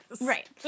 Right